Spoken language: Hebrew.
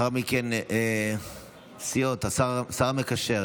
לאחר מכן, סיעות, השר המקשר.